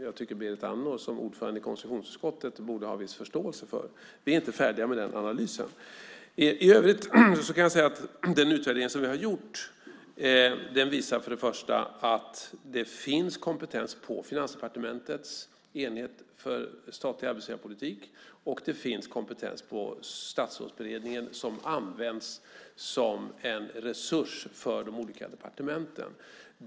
Jag tycker att Berit Andnor som ordförande i konstitutionsutskottet borde ha en viss förståelse för det. Vi är inte färdiga med den analysen. I övrigt kan jag säga att den utvärdering som vi har gjort visar att det finns kompetens på Finansdepartementets enhet för statlig arbetsgivarpolitik och att det finns kompetens i Statsrådsberedningen som används som en resurs för de olika departementen.